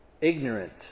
ignorant